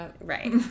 Right